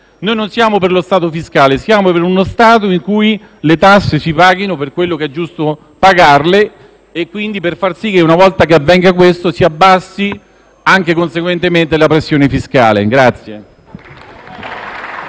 noi non siamo per lo Stato fiscale, ma siamo per uno Stato in cui le tasse si paghino per quello che è giusto pagare e, quindi, per far sì, una volta che avvenga questo, che si abbassi conseguentemente anche la pressione fiscale.